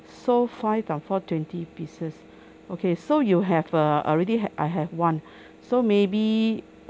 so five times four twenty pieces okay so you have err already had I have one so maybe